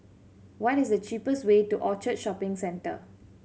what is the cheapest way to Orchard Shopping Centre